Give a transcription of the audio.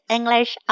English